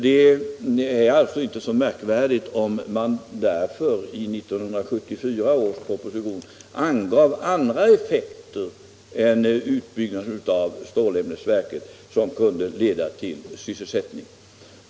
Det är därför inte så märkvärdigt att vi i 1974 års proposition angav andra effekter än utbyggnaden av stålämnesverket som kunde leda till sysselsättning.